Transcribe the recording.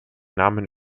namen